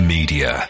Media